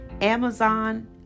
Amazon